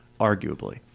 arguably